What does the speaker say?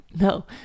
No